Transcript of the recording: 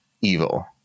evil